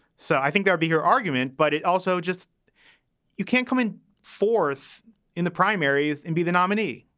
so i think their bigger argument, but it also just you can't come in fourth in the primaries and be the nominee.